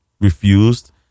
refused